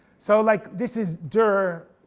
so like this is durer,